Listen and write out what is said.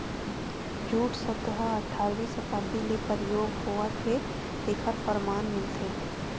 jute सब्द ह अठारवी सताब्दी ले परयोग होवत हे तेखर परमान मिलथे